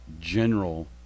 general